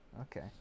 Okay